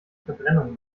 verbrennung